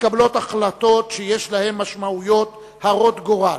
מתקבלות החלטות שיש להן משמעויות הרות גורל